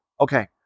okay